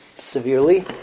Severely